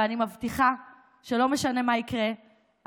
ואני מבטיחה שלא משנה מה יקרה,